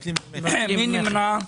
מי נמנע?